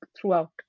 throughout